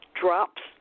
drops